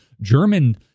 German